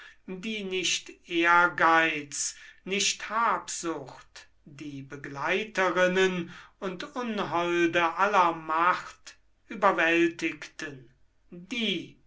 die nicht ehrgeizig nicht habsucht die begleiterinnen und unholde aller macht überwältigten die